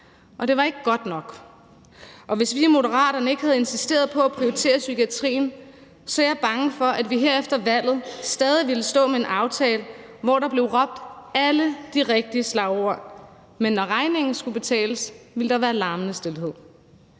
og det var ikke godt nok. Hvis vi i Moderaterne ikke havde insisteret på at prioritere psykiatrien, er jeg bange for, at vi her efter valget stadig ville stå med en aftale, hvor der blev råbt alle de rigtige slagord, men hvor der ville være larmende stilhed,